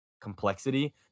complexity